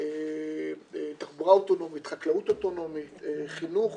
התחבורה האוטונומית, חקלאות אוטונומית, חינוך